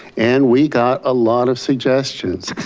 and we got a lot of suggestions.